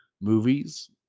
movies